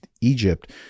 Egypt